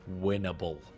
Winnable